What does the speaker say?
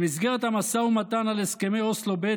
במסגרת המשא ומתן על הסכמי אוסלו ב',